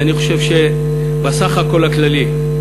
אני חושב שבסך הכול הכללי,